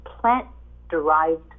plant-derived